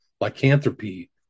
lycanthropy